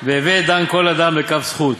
והווי דן כל אדם לכף זכות".